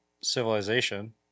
civilization